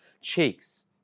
cheeks